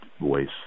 voice